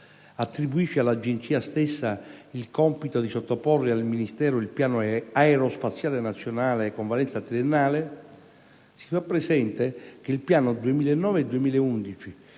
attribuisce all'Agenzia stessa il compito di sottoporre al Ministero il Piano aerospaziale nazionale (PASN) con valenza triennale, si fa presente che il Piano 2009-2011,